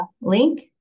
link